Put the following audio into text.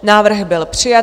Návrh byl přijat.